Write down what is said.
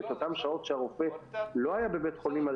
אותן שעות שהרופא לא היה בבית חולים,